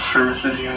Services